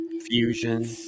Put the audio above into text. fusion